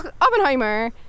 Oppenheimer